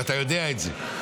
ואתה יודע את זה.